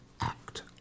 act